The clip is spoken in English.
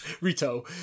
Rito